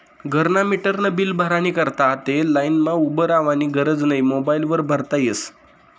घरना मीटरनं बील भरानी करता आते लाईनमा उभं रावानी गरज नै मोबाईल वर भरता यस